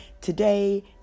today